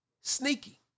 sneaky